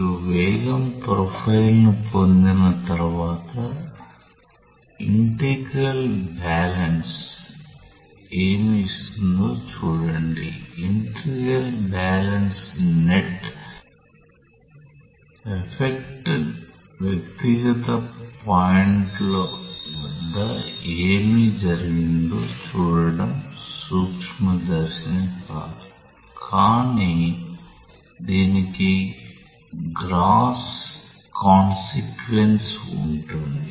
మీరు వేగం ప్రొఫైల్ను పొందిన తర్వాత ఇంటెగ్రల్ బాలన్స్ ఏమి ఇస్తుందో చూడండి ఇంటెగ్రల్ బాలన్స్ నెట్ ఎఫెక్ట్వ్యక్తిగత పాయింట్లు వద్ద ఏమి జరిగిందో చూడటం సూక్ష్మదర్శిని కాదు కానీ దీనికి గ్రాస్ కాన్సెక్యూన్స్ ఉంటుంది